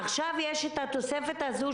עכשיו יש את התוספת הזאת,